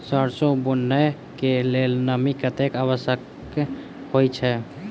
सैरसो बुनय कऽ लेल नमी कतेक आवश्यक होइ छै?